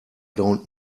don’t